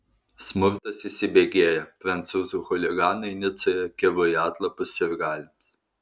smurtas įsibėgėja prancūzų chuliganai nicoje kibo į atlapus sirgaliams